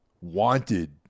wanted